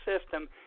system